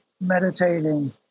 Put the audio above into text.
meditating